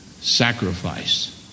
Sacrifice